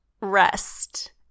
rest